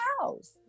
house